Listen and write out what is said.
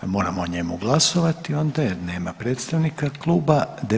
Moramo o njemu glasovati onda jer nema predstavnika kluba.